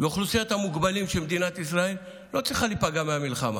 אוכלוסיית המוגבלים של מדינת ישראל לא צריכה להיפגע מהמלחמה.